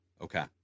Okay